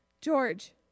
George